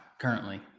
currently